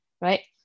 right